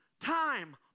time